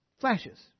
Flashes